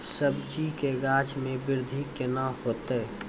सब्जी के गाछ मे बृद्धि कैना होतै?